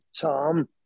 Tom